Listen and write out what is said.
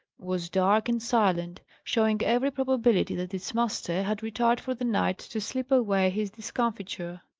was dark and silent, showing every probability that its master had retired for the night to sleep away his discomfiture.